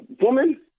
Woman